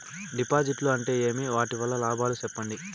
డిపాజిట్లు అంటే ఏమి? వాటి వల్ల లాభాలు సెప్పండి?